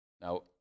Now